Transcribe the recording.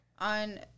on